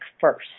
first